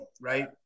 right